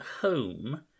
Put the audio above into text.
home